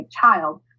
child